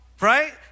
right